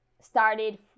started